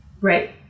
right